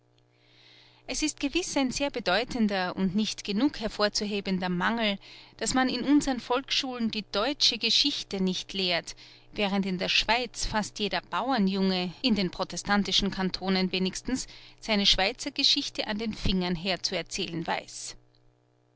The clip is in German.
es ist gewiß ein sehr bedeutender und nicht genug hervorzuhebender mangel daß man in unsern volksschulen die deutsche geschichte nicht lehrt während in der schweiz fast jeder bauernjunge in den protestantischen kantonen wenigstens seine schweizergeschichte an den fingern herzuerzählen weiß